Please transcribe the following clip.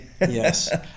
Yes